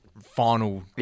final